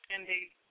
Indeed